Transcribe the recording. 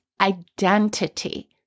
identity